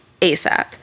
ASAP